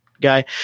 guy